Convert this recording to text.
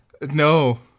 no